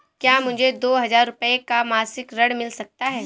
क्या मुझे दो हजार रूपए का मासिक ऋण मिल सकता है?